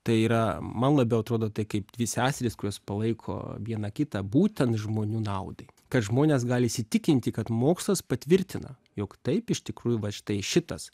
tai yra man labiau atrodo tai kaip dvi seserys kurios palaiko vieną kitą būtent žmonių naudai kad žmonės gali įsitikinti kad mokslas patvirtina jog taip iš tikrųjų vat štai šitas